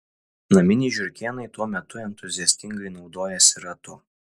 naminiai žiurkėnai tuo metu entuziastingai naudojasi ratu